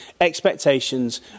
expectations